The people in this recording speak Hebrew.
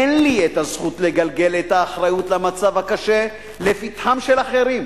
אין לי הזכות לגלגל את האחריות למצב הקשה לפתחם של אחרים,